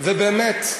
ובאמת,